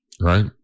right